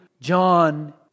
John